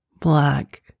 black